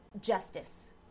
justice